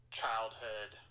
childhood